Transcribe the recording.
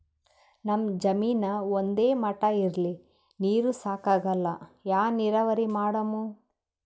ನಮ್ ಜಮೀನ ಒಂದೇ ಮಟಾ ಇಲ್ರಿ, ನೀರೂ ಸಾಕಾಗಲ್ಲ, ಯಾ ನೀರಾವರಿ ಮಾಡಮು?